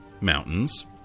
mountains